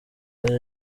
aya